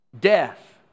Death